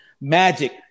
magic